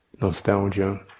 nostalgia